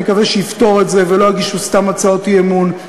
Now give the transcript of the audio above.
אני מקווה שיפתור את זה ולא יגישו סתם הצעות אי-אמון.